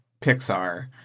Pixar